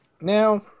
now